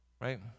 right